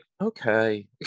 okay